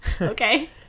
Okay